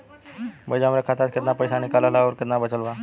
भईया हमरे खाता मे से कितना पइसा निकालल ह अउर कितना बचल बा?